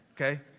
Okay